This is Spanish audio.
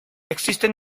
existen